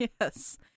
Yes